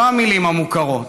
לא המילים המוכרות